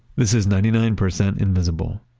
this is ninety nine percent invisible.